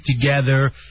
together